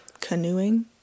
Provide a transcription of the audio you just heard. canoeing